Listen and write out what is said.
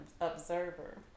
observer